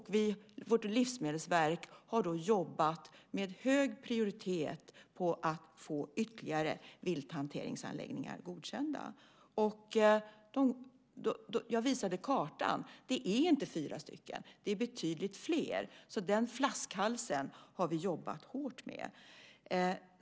Vårt livsmedelsverk har jobbat med hög prioritet för att få ytterligare vilthanteringsanläggningar godkända. Jag visade kartan. Det är inte fyra stycken, utan det är betydligt fler. Den flaskhalsen har vi jobbat hårt med.